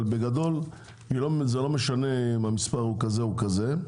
אבל בגדול זה לא משנה אם המספר הוא כזה או כזה.